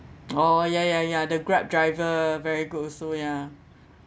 oh ya ya ya the Grab driver very good also ya